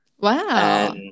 Wow